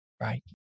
right